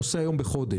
עושה היום בחודש,